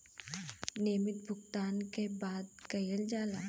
नियमित भुगतान के बात कइल जाला